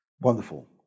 Wonderful